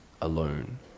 alone